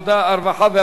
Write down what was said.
הרווחה והבריאות נתקבלה.